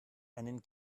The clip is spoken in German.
einen